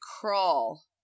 Crawl